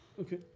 Okay